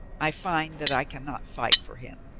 i find that i can not fight for him.